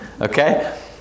okay